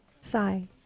Sigh